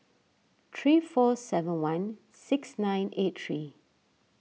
three four seven one six nine eight three